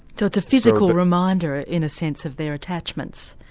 so it's a physical reminder in a sense of their attachments.